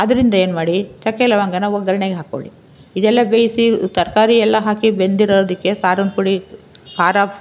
ಅದರಿಂದ ಏನು ಮಾಡಿ ಚಕ್ಕೆ ಲವಂಗನ ಒಗ್ಗರ್ಣೆಗೆ ಹಾಕೊಳ್ಳಿ ಇದೆಲ್ಲ ಬೇಯಿಸಿ ತರಕಾರಿಯೆಲ್ಲ ಹಾಕಿ ಬೆಂದಿರೋದಕ್ಕೆ ಸಾರಿನ ಪುಡಿ ಖಾರ